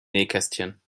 nähkästchen